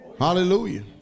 Hallelujah